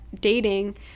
dating